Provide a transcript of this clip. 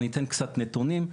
אבל אתן קצת נתונים.